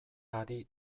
ari